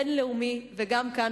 בין-לאומי וגם כאן,